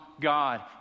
God